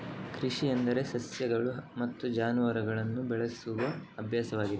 ಕೃಷಿ ಎಂದರೆ ಸಸ್ಯಗಳು ಮತ್ತು ಜಾನುವಾರುಗಳನ್ನು ಬೆಳೆಸುವ ಅಭ್ಯಾಸವಾಗಿದೆ